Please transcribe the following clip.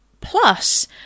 plus